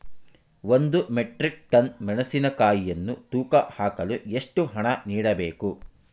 ಒಂದು metric ton ಮೆಣಸಿನಕಾಯಿಯನ್ನು ತೂಕ ಹಾಕಲು ಎಷ್ಟು ಹಣ ನೀಡಬೇಕು?